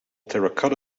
terracotta